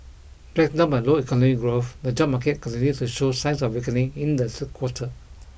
dragged down by low economic growth the job market continued to show signs of weakening in the third quarter